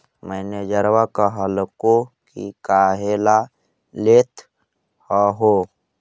मैनेजरवा कहलको कि काहेला लेथ हहो?